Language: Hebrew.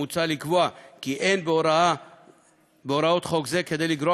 מוצע לקבוע כי אין בהוראות חוק זה כדי לגרוע